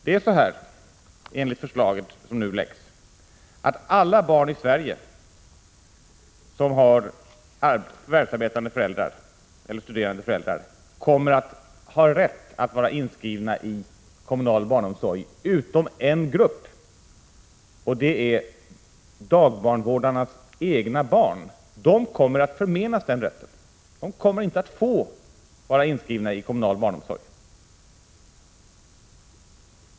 Enligt det förslag som nu framlagts kommer alla barn i Sverige som har förvärvsarbetande eller studerande föräldrar att ha rätt att vara inskrivna i den kommunala barnomsorgen, utom en grupp, och det är dagbarnvårdarnas egna barn. De kommer att förmenas denna rätt. De kommer alltså inte att få vara inskrivna i den kommunala barnomsorgen.